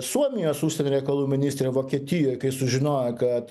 suomijos užsienio reikalų ministrė vokietijoj kai sužinojo kad